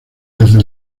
desde